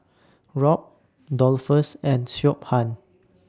Rob Dolphus and Siobhan